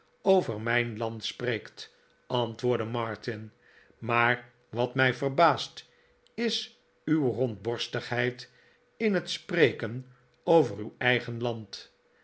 over mijn land spreekt antwoordde martin maar wat mij verbaast is uw rondborstigheid in net spreken over uw eigen land